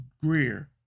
Greer